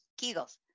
Kegels